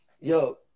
yo